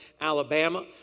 Alabama